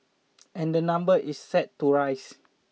and the number is set to rise